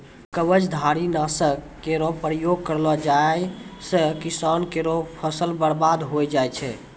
कवचधारी? नासक केरो प्रयोग करलो जाय सँ किसान केरो फसल बर्बाद होय जाय छै